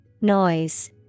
Noise